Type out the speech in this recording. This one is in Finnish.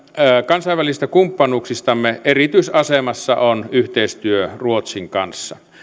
kansainvälisistä kumppanuuksistamme erityisasemassa on yhteistyö ruotsin kanssa